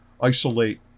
isolate